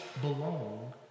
belong